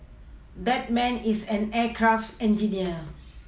that man is an aircraft engineer